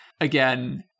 again